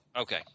Okay